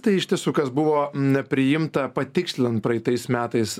tai iš tiesų kas buvo na priimta patikslinant praeitais metais